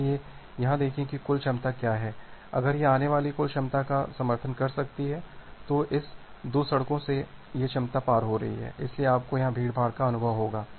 इसलिए यहां देखें कि कुल क्षमता क्या है अगर यह आने वाली कुल क्षमता का समर्थन कर सकती है तो इस 2 सड़कों से यह क्षमता पार हो रही है इसलिए आपको यहां भीड़भाड़ का अनुभव होगा